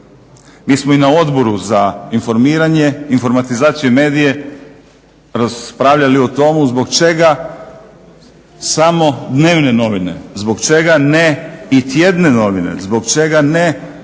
Mi smo i na Odboru za informiranje, informatizaciju i medije raspravljali o tomu zbog čega samo dnevne novine, zbog čega ne i tjedne novine, zbog čega ne